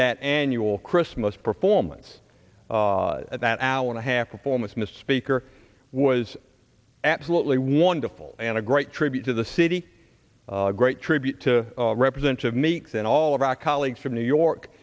that annual christmas performance at that hour and a half performance missed speaker was absolutely wonderful and a great tribute to the city a great tribute to represent of meeks and all of our colleagues from new york